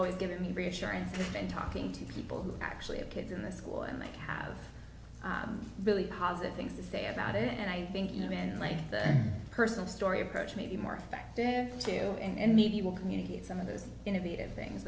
always given me reassurance in talking to people who actually have kids in the school and they have really positive things to say about it and i think you know and like personal story approach may be more effective to you and maybe will communicate some of those innovative things